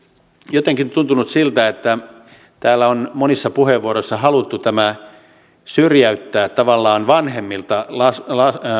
jotenkin on tuntunut siltä että täällä on monissa puheenvuoroissa haluttu syrjäyttää tavallaan vanhemmilta lapsen